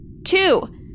Two